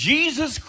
Jesus